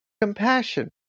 compassion